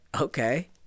okay